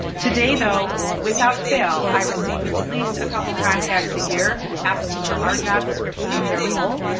today, though, without fail, i receive at least a couple contacts a year asking for our job description of their role,